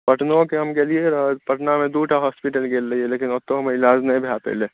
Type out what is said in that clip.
पटनो तऽ हम गेलियै रहय पटनामे दूटा हॉस्पिटल गेल रहियै लेकिन ओतौ हमर इलाज नहि भय पैलै